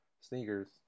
sneakers